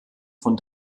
von